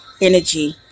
energy